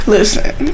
Listen